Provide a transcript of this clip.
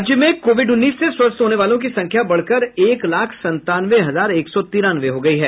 राज्य में कोविड उन्नीस से स्वस्थ होने वालों की संख्या बढ़कर एक लाख संतानवे हजार एक सौ तिरानवे हो गयी है